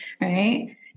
Right